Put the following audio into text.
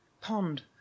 pond